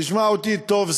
תשמע אותי טוב,